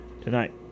tonight